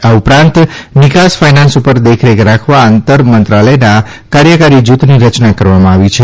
આ ઉપરાંત નિકાસ ફાયનાન્સ ઉપર દેખરેખ રાખવા આંતર મંત્રલાયના કાર્યકારી જૂથની રચના કરવામાં આવી છે